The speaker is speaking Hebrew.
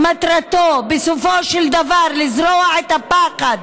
מטרתו הייתה בסופו של דבר לזרוע פחד